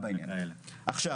נדרש